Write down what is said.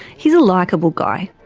he's a likeable guy,